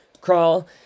Crawl